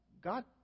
God